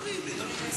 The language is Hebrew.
מדברים, מדברים.